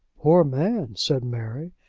poor man, said mary,